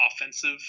offensive